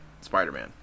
Spider-Man